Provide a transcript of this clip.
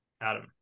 Adam